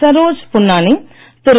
Saroj Punnani Thiru